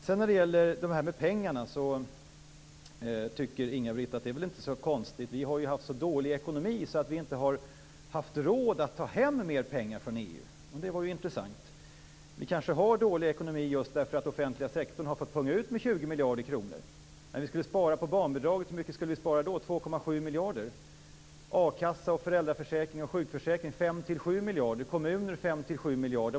När det gäller pengarna tycker Inga-Britt att det väl inte är så konstigt. Vi har ju haft så dålig ekonomi att vi inte har haft råd att ta hem mer pengar från EU. Det var ju intressant. Vi kanske har dålig ekonomi just därför att offentliga sektorn har fått punga ut med 20 miljarder kronor. När vi skulle spara på barnbidraget skulle vi spara 2,7 miljarder, på a-kassa, föräldraförsäkring och sjukförsäkring 5-7 miljarder och på kommuner 5-7 miljarder.